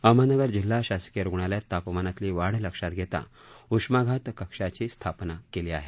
अहमदनगर जिल्हा शासकीय रुग्णालयात तापमानातली वाढ लक्षात घेता उष्माघात कक्षाची स्थापना केली आहे